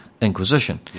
inquisition